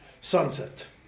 sunset